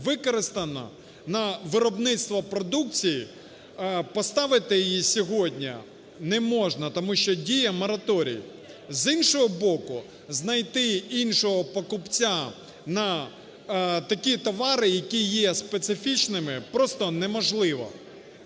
використано на виробництво продукції, поставити її сьогодні не можна, тому що діє мораторій. З іншого боку, знайти іншого покупця на такі товари, які є специфічними, просто неможливо.